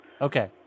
Okay